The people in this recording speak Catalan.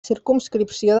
circumscripció